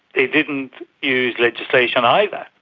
they didn't use legislation either,